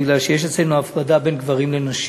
כי יש אצלנו הפרדה בין גברים לנשים.